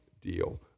Deal